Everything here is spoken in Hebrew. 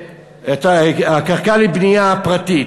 קרקע לבנייה פרטית,